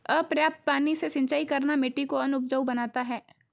अपर्याप्त पानी से सिंचाई करना मिट्टी को अनउपजाऊ बनाता है